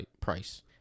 price